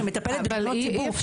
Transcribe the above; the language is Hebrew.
שמטפלת בתלונות ציבור,